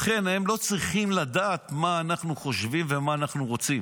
לכן הם לא צריכים לדעת מה אנחנו חושבים ומה אנחנו רוצים.